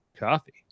coffee